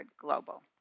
Global